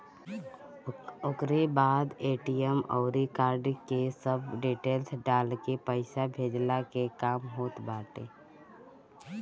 ओकरी बाद ए.टी.एम अउरी कार्ड के सब डिटेल्स डालके पईसा भेजला के काम होत बाटे